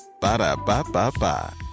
Ba-da-ba-ba-ba